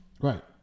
right